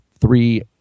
three